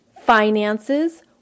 finances